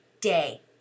day